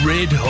Red